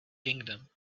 kingdom